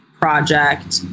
project